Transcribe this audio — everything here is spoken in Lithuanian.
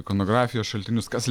ikonografijos šaltinius kas